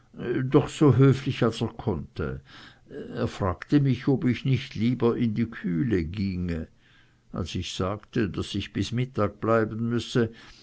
doch so höflich als er konnte er fragte mich ob ich nicht lieber in die kühle ginge als ich sagte daß ich bis mittag bleiben müsse